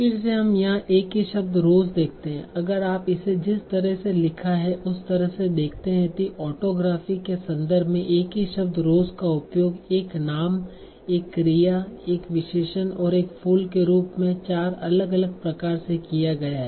फिर से हम यहाँ एक ही शब्द rose देखते हैं अगर आप इसे जिस तरह से लिखा है उस तरह से देखते हैं तो औटोग्रफी के संदर्भ में एक ही शब्द rose का उपयोग एक नाम एक क्रिया एक विशेषण और एक फूल के रूप में 4 अलग अलग प्रकार से किया गया है